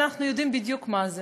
אבל אנחנו יודעים בדיוק מה זה,